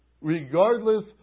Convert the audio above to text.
regardless